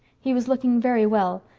he was looking very well,